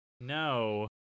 No